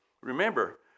Remember